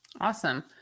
Awesome